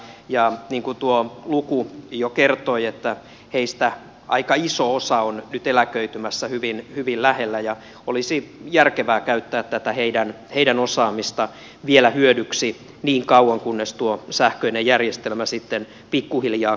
niin kuin tuo luku jo kertoi heistä aika iso osa on nyt eläköitymässä hyvin lähiaikoina ja olisi järkevää käyttää tätä heidän osaamistaan vielä hyödyksi niin kauan kunnes tuo sähköinen järjestelmä sitten pikkuhiljaa korjaa